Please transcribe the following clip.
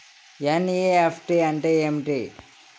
NEFT అంటే ఏమిటి?